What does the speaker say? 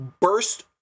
burst